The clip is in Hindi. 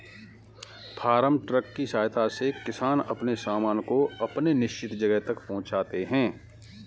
फार्म ट्रक की सहायता से किसान अपने सामान को अपने निश्चित जगह तक पहुंचाते हैं